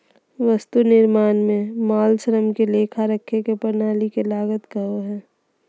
वस्तु निर्माण में माल, श्रम के लेखा रखे के प्रणाली के लागत कहो हइ